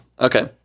Okay